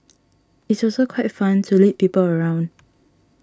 it's also quite fun to lead people around